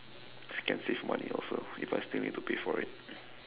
can save money also if I still need to pay for it